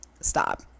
stop